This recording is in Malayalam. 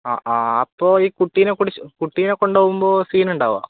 ആ ആ അപ്പോൾ ഈ കുട്ടിയിനെ കുട്ടിയിനെ കൊണ്ടുപോവുമ്പോൾ സീനുണ്ടാവുമോ